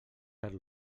per